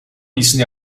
iyisini